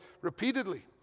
repeatedly